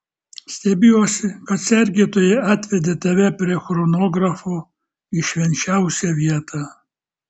stebiuosi kad sergėtojai atvedė tave prie chronografo į švenčiausią vietą